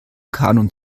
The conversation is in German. kanon